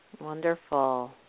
Wonderful